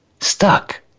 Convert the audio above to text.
stuck